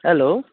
hello